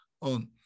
on